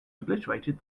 obliterated